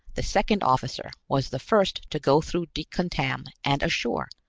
the second officer was the first to go through decontam and ashore,